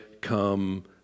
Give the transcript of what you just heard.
come